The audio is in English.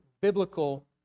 biblical